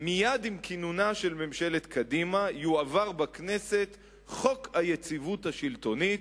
מייד עם כינונה של ממשלת קדימה יועבר בכנסת חוק היציבות השלטונית.